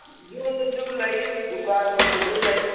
ꯌꯨꯝꯗꯁꯨ ꯂꯩ ꯗꯨꯀꯥꯟ ꯑꯣꯏꯅꯁꯨ ꯂꯩ